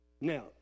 Now